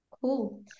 cool